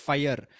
Fire